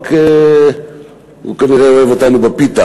רק כנראה הוא אוהב אותנו בפיתה.